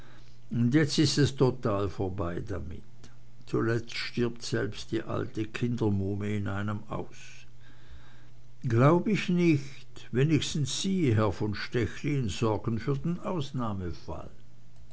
und jetzt ist es damit total vorbei zuletzt stirbt selbst die alte kindermuhme in einem aus glaub ich nicht wenigstens sie herr von stechlin sorgen für den ausnahmefall